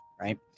right